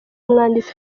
umwanditsi